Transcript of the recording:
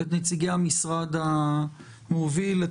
מאשרים את